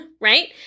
right